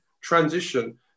transition